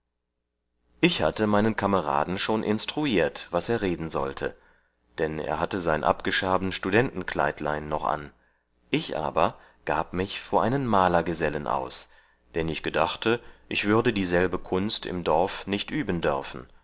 ich hatte meinen kameraden schon instruiert was er reden sollte dann er hatte sein abgeschaben studentenkleidlein noch an ich aber gab mich vor einen malergesellen aus dann ich gedachte ich würde dieselbe kunst im dorf nicht üben dörfen